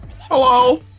Hello